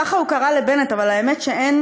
ככה הוא קרא לבנט, אבל האמת, אין